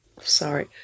Sorry